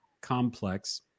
complex